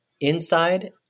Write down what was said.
inside